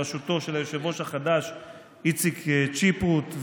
בראשותם של היושב-ראש החדש איציק צ'יפרוט,